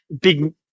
big